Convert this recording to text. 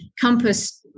Compass